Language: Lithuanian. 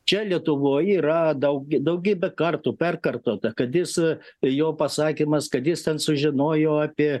čia lietuvoj yra daug daugybę kartų perkartota kad jis jo pasakymas kad jis ten sužinojo apie